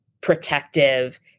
protective